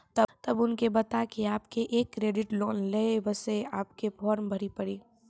तब उनके बता के आपके के एक क्रेडिट लोन ले बसे आपके के फॉर्म भरी पड़ी?